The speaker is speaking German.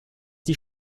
die